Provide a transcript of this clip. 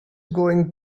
going